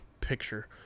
picture